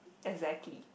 exactly